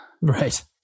Right